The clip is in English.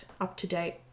up-to-date